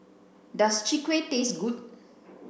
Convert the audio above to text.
does chwee kueh taste good